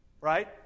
Right